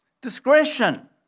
Discretion